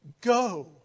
Go